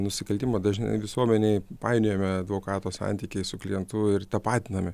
nusikaltimą dažnai visuomenėj painiojame advokato santykį su klientu ir tapatinami